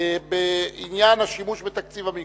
בעניין השימוש בתקציב המיגון.